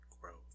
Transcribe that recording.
growth